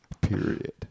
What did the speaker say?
period